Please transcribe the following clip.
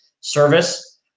service